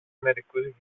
μερικούς